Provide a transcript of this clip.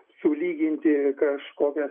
sulyginti kažkokias